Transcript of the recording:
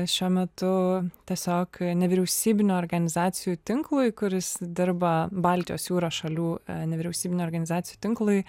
šiuo metu tiesiog nevyriausybinių organizacijų tinklui kuris dirba baltijos jūros šalių nevyriausybinių organizacijų tinklui